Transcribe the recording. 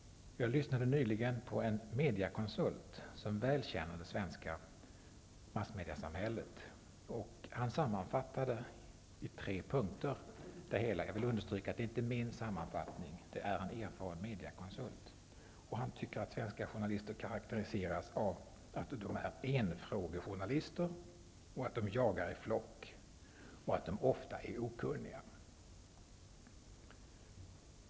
Jag lyssnade nyligen på en mediakonsult som väl känner det svenska massmediasamhället. Han sammanfattade det hela i tre punkter. -- Jag vill understryka att det inte är min sammanfattning, utan en erfaren mediakonsults. Han tycker att svenska journalister kan karakteriseras så här: De är enfrågejournalister, de jagar i flock, och de är ofta okunniga.